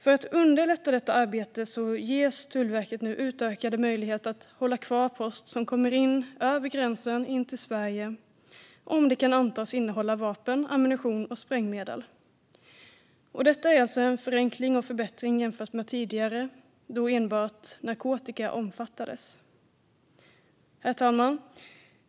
För att underlätta detta arbete ges Tullverket nu utökade möjligheter att hålla kvar post som kommer över gränsen in till Sverige om den kan antas innehålla vapen, ammunition eller sprängmedel. Detta är alltså en förenkling och förbättring jämfört med tidigare, då enbart narkotika omfattades. Herr talman!